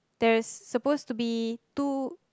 there's supposed to be two